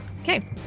Okay